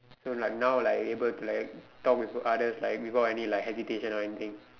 so like now like I'm able to like talk with others like without any like hesitation or anything